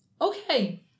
Okay